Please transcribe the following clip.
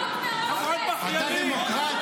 אתה דמוקרט?